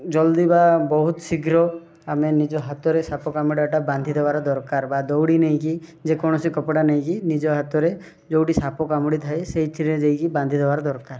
ଜଲଦୀ ବା ବହୁତ ଶୀଘ୍ର ଆମେ ନିଜ ହାତରେ ସାପ କାମୁଡ଼ାଟା ବାନ୍ଧି ଦେବାର ଦରକାର ବା ଦଉଡ଼ି ନେଇକି ଯେ କୌଣସି କପଡ଼ା ନେଇକି ନିଜ ହାତରେ ଯେଉଁଠି ସାପ କାମୁଡ଼ି ଥାଏ ସେଇଥିରେ ଯାଇକି ବାନ୍ଧି ଦେବାର ଦରକାର